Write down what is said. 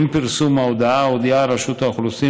עם פרסום ההודעה הודיעה רשות האוכלוסין